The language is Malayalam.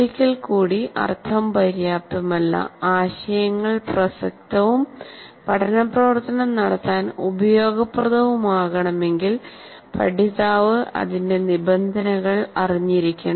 ഒരിക്കൽ കൂടി അർത്ഥം പര്യാപ്തമല്ല ആശയങ്ങൾ പ്രസക്തവും പഠന പ്രവർത്തനം നടത്താൻ ഉപയോഗപ്രദവുമാകണമെങ്കിൽ പഠിതാവ് അതിന്റെ നിബന്ധനകൾ അറിഞ്ഞിരിക്കണം